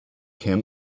him